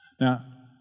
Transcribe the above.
Now